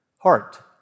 Heart